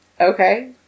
okay